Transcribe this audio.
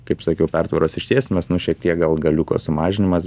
kaip sakiau pertvaros ištiesinimas nu šiek tiek gal galiuko sumažinimas